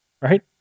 right